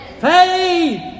faith